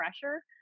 pressure